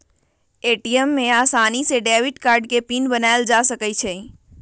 ATM में आसानी से डेबिट कार्ड के पिन बनायल जा सकई छई